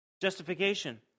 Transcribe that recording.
Justification